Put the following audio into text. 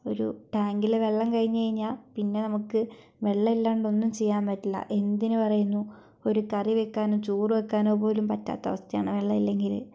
ഒരു ടാങ്കിലെ വെള്ളം കഴിഞ്ഞു കഴിഞ്ഞാൽ പിന്നെ നമുക്ക് വെള്ളം ഇല്ലാണ്ട് ഒന്നും ചെയ്യാൻ പറ്റില്ല എന്തിനു പറയുന്നു ഒരു കറി വയ്ക്കാനും ചോറു വയ്ക്കാനോ പോലും പറ്റാത്ത അവസ്ഥയാണ് വെള്ളം ഇല്ലെങ്കിൽ